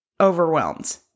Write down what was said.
overwhelmed